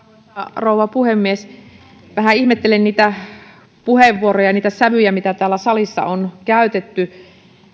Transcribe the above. rouva puhemies vähän ihmettelen niitä puheenvuoroja ja niitä sävyjä mitä täällä salissa on käytetty